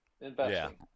investing